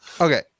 okay